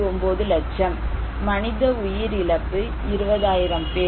79 லட்சம் மனித உயிர் இழப்பு 20000 பேர்